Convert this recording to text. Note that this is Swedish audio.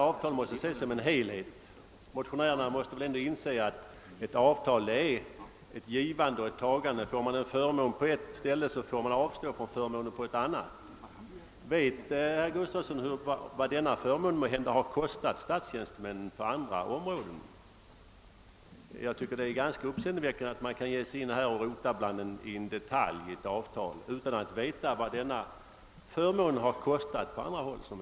Avtal måste ses som en helhet. Motionärerna måste väl ändå inse att ett avtal innebär ett givande och tagande. Får man en förmån i ett avseende måste man avstå från en i ett annat. Vet herr Gustavsson vad den av honom aktualiserade förmånen kan ha kostat statstjänstemännen på andra områden? Jag tycker det är ganska uppseendeväckande att börja rota i en detalj i ett avtal utan att som sagt veta vad förmånen kostat i andra avseenden.